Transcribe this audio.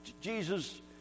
Jesus